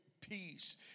peace